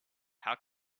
how